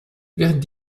während